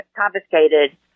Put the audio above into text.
confiscated